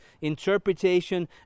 interpretation